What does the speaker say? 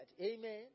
Amen